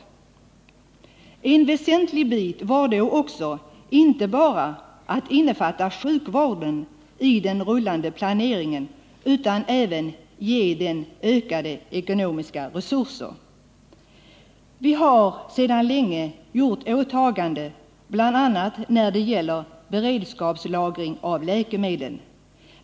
En väsentlig bit var då också inte bara att innefatta sjukvården i den rullande planeringen, utan att även ge den ökade ekonomiska resurser. Vi har sedan länge gjort åtaganden bl.a. när det gäller beredskapslagring av läkemedel.